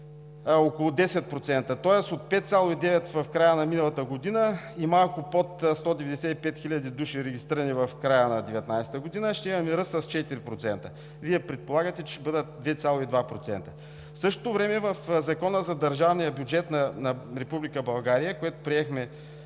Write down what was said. около 10%, тоест от 5,9% в края на миналата година и малко под 195 хиляди души, регистрирани в края на 2019 г., ще имаме ръст с 4%. Вие предполагате, че ще бъде 2,2%. В същото време в Закона за държавния бюджет на Република